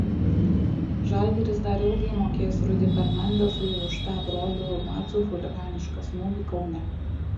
žalgiris dar ilgai mokės rudy fernandezui už tą brolių macių chuliganišką smūgį kaune